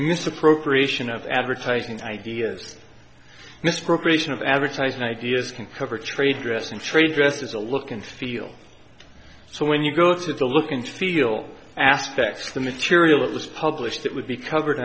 misappropriation of advertising ideas misappropriation of advertising ideas can cover trade dress and trade dress is a look and feel so when you go through the looking feel aspects of the material it was published it would be covered